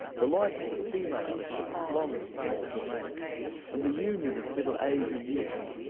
the life of the female is just as long as that of the male and the union of middle age and youth,